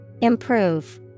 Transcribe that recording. Improve